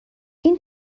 این